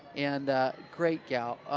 and great gal.